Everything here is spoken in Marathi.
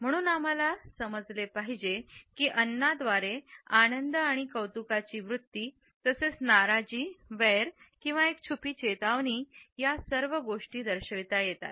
म्हणून आम्हाला समजले पाहिजे की अन्नाद्वारे आनंद आणि कौतुकाची वृत्ती तसेच नाराजी वैर किंवा एक छुपी चेतावणी या सर्व गोष्टी दर्शविता येतात